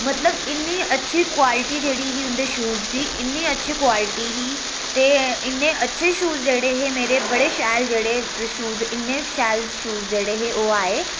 मतलब इन्नी अच्छी क्वालटी जेह्ड़ी ही उं'दे शूज दी इन्नी अच्छी क्वालटी ही ते इन्ने अच्छे शूज जेह्डे हे मेरे बड़े शैल जेह्ड़े शूज इन्ने शैल शूज जेह्ड़े हे ओह् आए